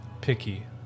picky